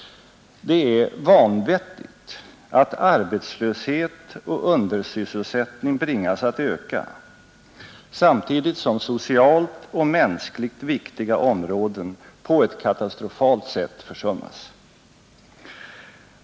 Det är vanvettigt att arbetslöshet och undersysselsättning bringas att öka, samtidigt som socialt och mänskligt viktiga områden på ett katastrofalt sätt försummas.